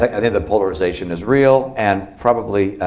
i think the polarization is real and probably